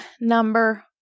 number